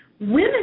Women